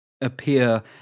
appear